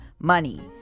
money